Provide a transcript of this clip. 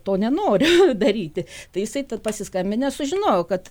to nenoriu daryti tai jisai tad pasiskambinęs sužinojo kad